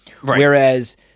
Whereas